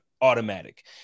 automatic